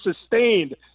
sustained